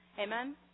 Amen